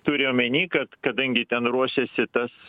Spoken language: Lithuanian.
turi omeny kad kadangi ten ruošiasi tas